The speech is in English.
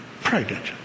Pregnant